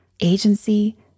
agency